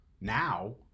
now